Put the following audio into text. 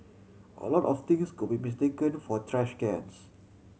a lot of things could be mistaken for trash cans